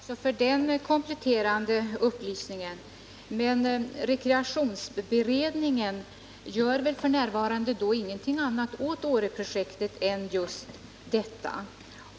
Herr talman! Jag tackar också för den kompletterande upplysningen. Men rekreationsberedningen gör väl f. n. ingenting annat åt Åreprojektet än just detta.